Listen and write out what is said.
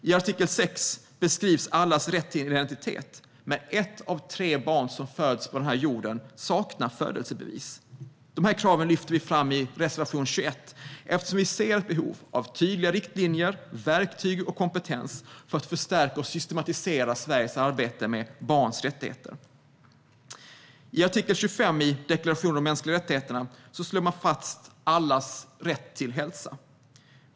I artikel 6 beskrivs allas rätt till en identitet. Men ett av tre barn som föds här på jorden saknar födelsebevis. Dessa krav lyfter vi fram i reservation 21 eftersom vi ser ett behov av tydliga riktlinjer, verktyg och kompetens, för att förstärka och systematisera Sveriges arbete med barns rättigheter. I artikel 25 i deklarationen om de mänskliga rättigheterna fastslås allas rätt till hälsa.